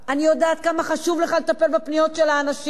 אני יודעת כמה חשוב לך לטפל בפניות של האנשים,